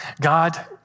God